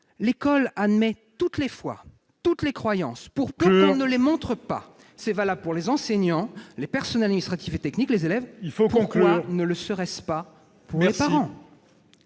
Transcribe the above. L'école admet toutes les fois, toutes les croyances, pour peu qu'on ne les montre pas. Il faut conclure. C'est valable pour les enseignants, pour les personnels administratifs et techniques et pour les élèves. Pourquoi ne le serait-ce pas pour les parents ?